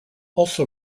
also